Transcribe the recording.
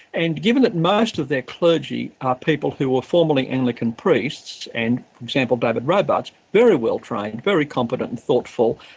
and given that most of their clergy are people who were formally anglican priests and, for example, david robarts, very well trained, and very competent and thoughtful,